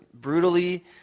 brutally